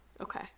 Okay